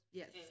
yes